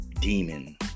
demon